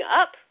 up